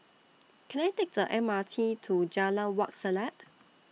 Can I Take The M R T to Jalan Wak Selat